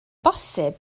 bosib